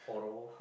horror